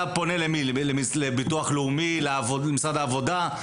אתה פונה לביטוח לאומי, למשרד העבודה.